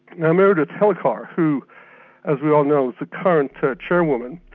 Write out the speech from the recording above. now meredith hellicar, who as we all know is the current chairwoman,